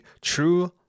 True